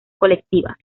colectivas